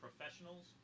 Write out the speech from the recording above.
professionals